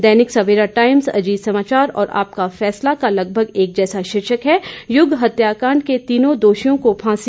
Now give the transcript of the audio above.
दैनिक Savera Times Ajit Samachar और आपका फैसला का लगभग एक जैसा शीर्षक है युग हत्याकांड के तीनों दोषियों को फांसी